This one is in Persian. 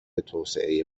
توسعه